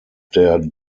der